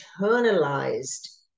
internalized